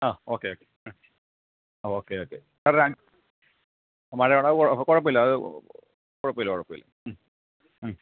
ആ okay okay hmm okay okay സാറേ ഒരൻ മഴയാണോ അത് കുഴപ്പമില്ല അത് കുഴപ്പമില്ല കുഴപ്പമില്ല മ്മ് മ്മ്